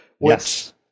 Yes